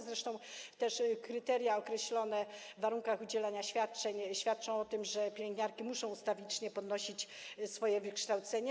Zresztą kryteria określone w warunkach udzielania świadczeń świadczą o tym, że pielęgniarki muszą ustawicznie podnosić swoje wykształcenie.